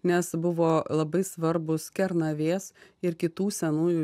nes buvo labai svarbūs kernavės ir kitų senųjų